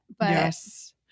Yes